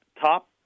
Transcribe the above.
top